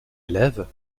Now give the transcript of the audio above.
élève